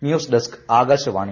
news desk Akashvani